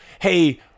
Hey